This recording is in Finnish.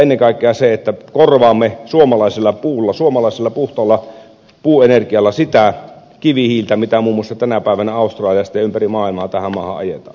ennen kaikkea se on tärkeätä että korvaamme suomalaisella puulla suomalaisella puhtaalla puuenergialla sitä kivihiiltä mitä tänä päivänä muun muassa australiasta ja ympäri maailmaa tähän maahan ajetaan